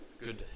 Good